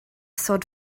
sod